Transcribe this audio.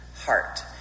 heart